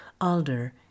Alder